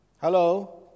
Hello